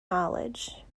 knowledge